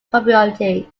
proprietor